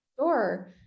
Sure